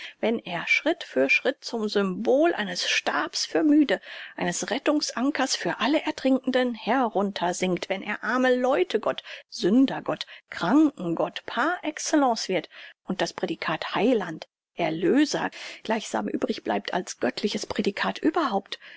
wenn er schritt für schritt zum symbol eines stabs für müde eines rettungsankers für alle ertrinkenden heruntersinkt wenn er arme leute gott sünder gott kranken gott par excellence wird und das prädikat heiland erlöser gleichsam übrig bleibt als göttliches prädikat überhaupt